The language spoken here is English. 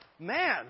Man